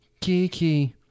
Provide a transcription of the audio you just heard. Kiki